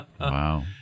Wow